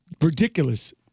ridiculous